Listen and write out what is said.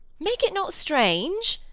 make it not strange.